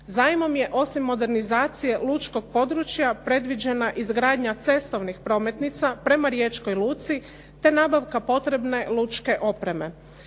Zajmom je osim modernizacije lučkog područja predviđena izgradnja cestovnih prometnica prema Riječkoj luci te nabavka potrebne lučke opreme.